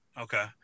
okay